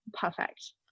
perfect